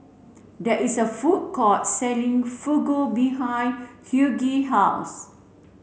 there is a food court selling Fugu behind Hughie house